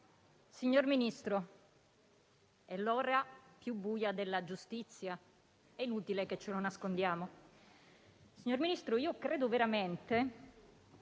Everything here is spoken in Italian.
Signor Ministro, è l'ora più buia della giustizia; è inutile che ce lo nascondiamo. Signor Ministro, io credo veramente